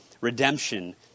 redemption